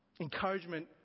Encouragement